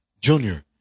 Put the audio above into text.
Junior